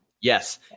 Yes